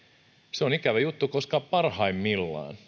se on ikävä juttu koska parhaimmillaan